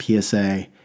PSA